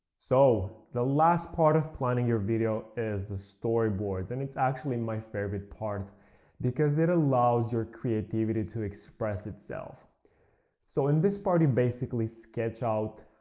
so, the last part of planning your video is the storyboards and it's actually my favorite part because it allows your creativity to express itself so in this part you basically sketch out,